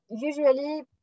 Usually